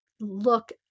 look